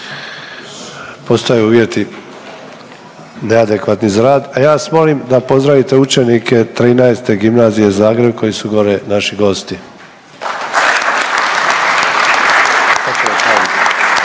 Postaju uvjeti neadekvatni za rad, a ja vas molim da pozdravite učenike XIII. Gimnazije Zagreb koji su gore naši